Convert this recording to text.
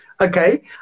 okay